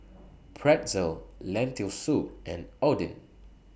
Pretzel Lentil Soup and Oden